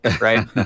Right